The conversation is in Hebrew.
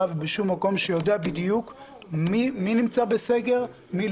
ולא בשום מקום שיודע בדיוק מי נמצא בסגר ומי